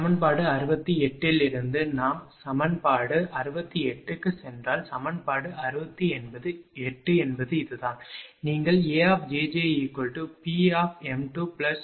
சமன்பாடு 68 இலிருந்து நாம் சமன்பாடு 68 க்குச் சென்றால் சமன்பாடு 68 என்பது இதுதான் நீங்கள் AjjPm2rjjQm2xjj 0